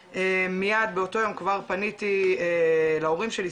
מיד באותו יום כבר פניתי להורים שלי,